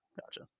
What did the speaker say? gotcha